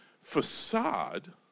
facade